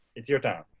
it's your turn.